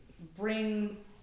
Bring